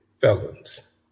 felons